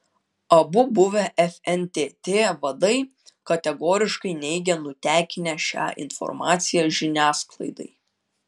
abu buvę fntt vadai kategoriškai neigia nutekinę šią informaciją žiniasklaidai